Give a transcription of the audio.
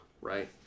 Right